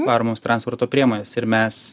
varomoms transporto priemonės ir mes